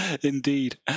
Indeed